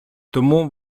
тому